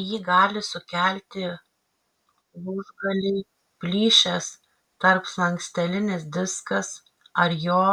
jį gali sukelti lūžgaliai plyšęs tarpslankstelinis diskas ar jo